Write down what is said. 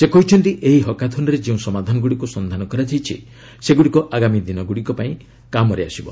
ସେ କହିଛନ୍ତି ଏହି ହାକାଥନ୍ରେ ଯେଉଁ ସମାଧାନଗୁଡ଼ିକୁ ସନ୍ଧାନ କରାଯାଇଛି ସେଗୁଡ଼ିକ ଆଗାମୀ ଦିନଗୁଡ଼ିକ ପାଇଁ କାମରେ ଆସିବ